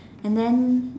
and then